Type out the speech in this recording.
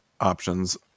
options